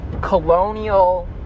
colonial